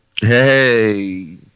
Hey